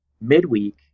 midweek